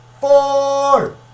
Four